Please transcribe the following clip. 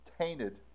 tainted